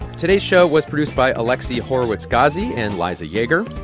today's show was produced by alexi horowitz ghazi and liza yager.